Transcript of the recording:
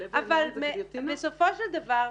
"לב העניין" זה --- אבל בסופו של דבר,